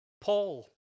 Paul